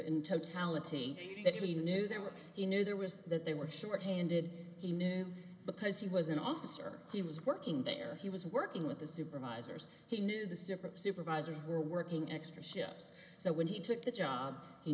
totality that he knew there were he knew there was that they were short handed he knew because he was an officer he was working there he was working with the supervisors he knew the super supervisors were working extra shifts so when he took the job he